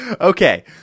okay